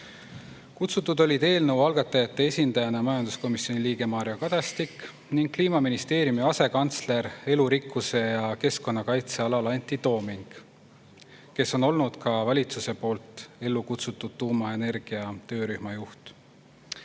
Kutsutud olid eelnõu algatajate esindajana majanduskomisjoni liige Mario Kadastik ning Kliimaministeeriumi asekantsler elurikkuse ja keskkonnakaitse alal Antti Tooming, kes on olnud ka valitsuse poolt ellu kutsutud tuumaenergia töörühma